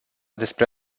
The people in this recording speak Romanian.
despre